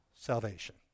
salvation